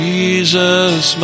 Jesus